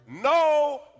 No